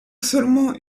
seulement